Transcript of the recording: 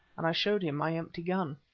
and i showed him my empty gun.